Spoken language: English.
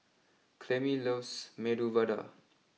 Clemie loves Medu Vada